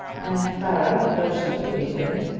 and clara, though she pitied him,